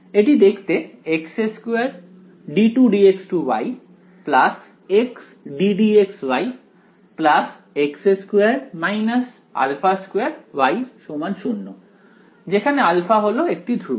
এটি দেখতে x2d2dx2 y x ddx y x2 α2y 0 যেখানে α হলো একটি ধ্রুবক